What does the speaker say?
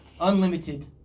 unlimited